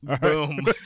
Boom